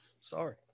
Sorry